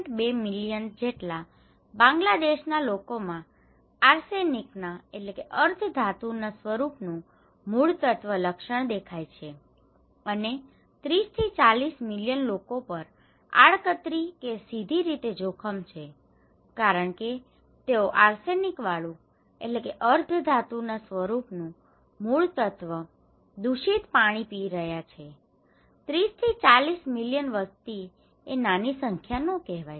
2 million જેટલા બાંગ્લાદેશના લોકોમાં આર્સેનિકના arsenic અર્ધધાતુના સ્વરૂપનું મૂળતત્વ લક્ષણો દેખાય છે અને 30 થી 40 મિલિયન લોકો પર આડકતરી કે સીધી રીતે જોખમ છે કારણ કે તેઓ આર્સેનિકવાળું arsenic અર્ધધાતુના સ્વરૂપનું મૂળતત્વ દૂષિત પાણી પી રહ્યા છે 30 થી 40 મિલિયન વસ્તી એ નાની સંખ્યા ન કહેવાય